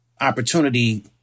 opportunity